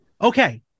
okay